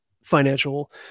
financial